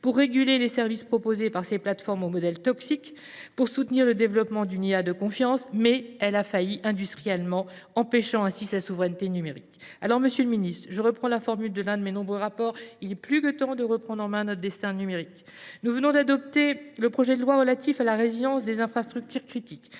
pour réguler les services proposés par ces plateformes au modèle toxique, pour soutenir le développement d’une intelligence artificielle de confiance, mais elle a failli industriellement, empêchant ainsi toute souveraineté numérique. Alors, monsieur le ministre, je reprends la formule de l’un de mes nombreux rapports : il est plus que temps de reprendre en main notre destin numérique ! Nous venons d’adopter le projet de loi relatif à la résilience des infrastructures critiques